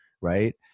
Right